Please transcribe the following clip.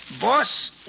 boss